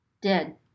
dead